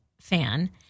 fan